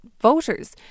voters